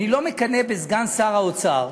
אני לא מקנא בסגן שר האוצר.